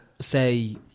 say